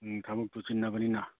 ꯎꯝ ꯊꯕꯛꯇꯨ ꯆꯤꯟꯅꯕꯅꯤꯅ